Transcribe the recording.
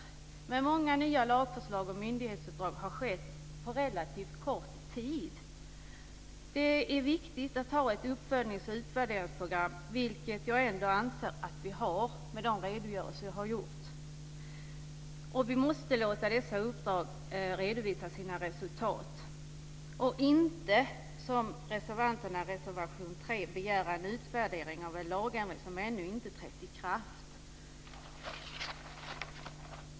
Men många nya lagförslag och myndighetsuppdrag har tillkommit på relativt kort tid. Det är viktigt att ha ett uppföljnings och utvärderingsprogram, vilket jag ändå anser att vi har, med hänvisning till de redogörelser som jag har gjort. Vi måste låta dessa myndigheter redovisa sina resultat. Vi ska inte, som reservanterna i reservation 2 vill, begära en utvärdering av en lagändring som ännu inte har trätt i kraft.